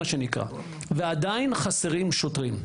ועדיין חסרים שוטרים.